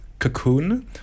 Cocoon